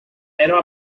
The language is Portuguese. eram